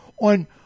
on